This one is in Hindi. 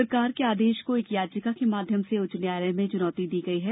सरकार के आदेश को एक याचिका के माध्यम से उच्च न्यायालय में चुनौती दी गई है